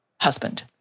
husband